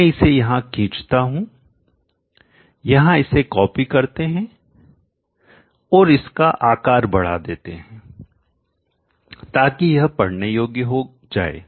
मैं इसे यहां खींचता हूं यहां इसे कॉपी करते हैं और इसका आकार बढ़ा देते हैं ताकि यह पढ़ने योग्य हो जाए